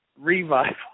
revival